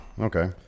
Okay